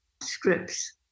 scripts